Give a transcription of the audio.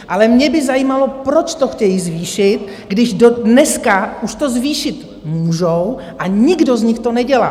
Ale mě by zajímalo, proč to chtějí zvýšit, když dneska už to zvýšit můžou a nikdo z nich to nedělá?